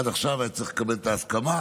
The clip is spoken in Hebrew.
עד עכשיו היה צריך לקבל את ההסכמה,